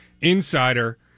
insider